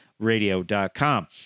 Radio.com